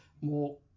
more